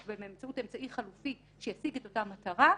ובאמצעות אמצעי חלופי שישיג את אותה מטרה,